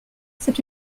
c’est